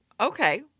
Okay